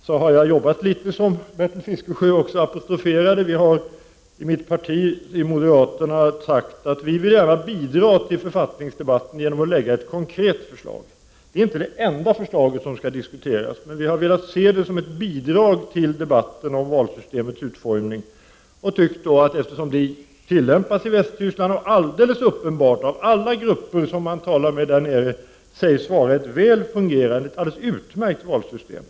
Som Bertil Fiskesjö också litet apostroferade har vi moderater sagt att vi gärna vill bidra till författningsdebatten genom att lägga fram ett konkret förslag. Det är inte det enda förslag som skall diskuteras, men vi har velat se det som ett bidrag till debatten om valsystemets utformning. Det föreslagna systemet tillämpas i Västtyskland, och alla grupper som man talar med där nere säger att det är ett utmärkt fungerande system.